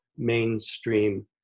mainstream